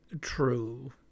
true